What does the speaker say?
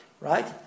right